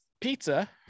pizza